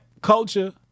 culture